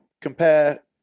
compare